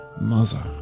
mother